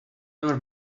never